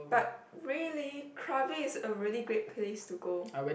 but really Krabi is a really great place to go